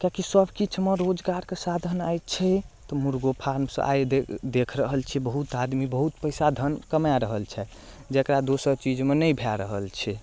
किएकि सबकिछुमे रोजगारके साधन आइ छै तऽ मुर्गो फॉर्म सँ आइ दे देख रहल छियै बहुत आदमी बहुत पैसा धन कमाए रहल छथि जकरा दोसर चीजमे नहि भए रहल छै